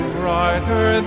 brighter